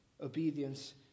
obedience